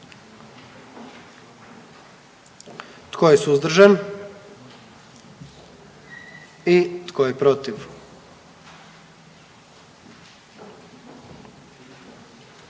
Tko je suzdržan? I tko je protiv?